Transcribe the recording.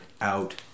out